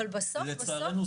אבל בסוף בסוף -- לצערנו,